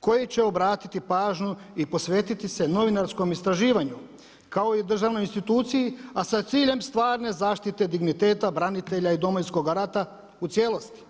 koji će obratiti pažnju i posvetiti se novinarskom istraživanju kao i državnoj instituciji a sa ciljem stvarne zaštite digniteta branitelja i Domovinskoga rata u cijelosti.